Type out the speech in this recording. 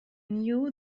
knew